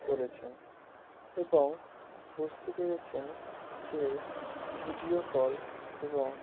করেছেন এবং বুঝতে পেরেছেন যে ভিডিও কল এবং